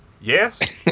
Yes